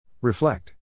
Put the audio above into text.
Reflect